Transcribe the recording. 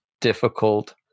difficult